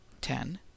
ten